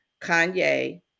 Kanye